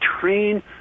train